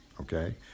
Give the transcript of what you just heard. okay